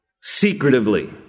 secretively